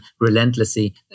relentlessly